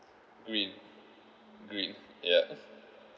green green yup